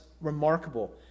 remarkable